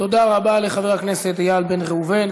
תודה רבה לחבר הכנסת איל בן ראובן.